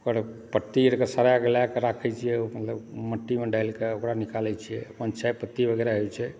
पत्ती आरके सड़ा गलाके राखय छियै अपन मट्टीमे डालिके ओकरा निकालय छियै अपन चाय पत्ती वगैरह होइत छै